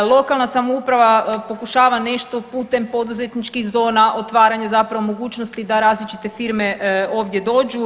Lokalna samouprava pokušava nešto putem poduzetničkih zona, otvaranje zapravo mogućnosti da različite firme ovdje dođu.